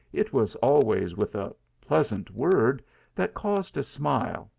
it was always with a pleasant word that caused a smile,